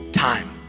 time